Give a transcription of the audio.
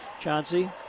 Chauncey